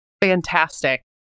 fantastic